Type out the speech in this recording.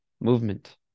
movement